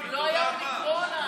שקרן.